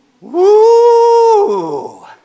Woo